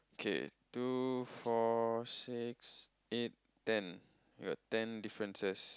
okay two four six eight ten got ten differences